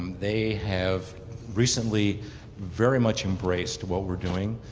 um they have recently very much embraced what we're doing.